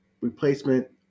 replacement